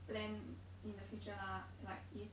plan in the future lah like if